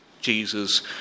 Jesus